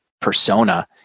persona